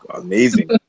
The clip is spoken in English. amazing